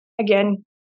again